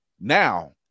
now